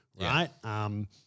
right